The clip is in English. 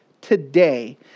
today